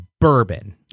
bourbon